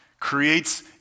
creates